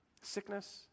sickness